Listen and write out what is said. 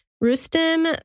Rustem